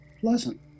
pleasant